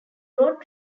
road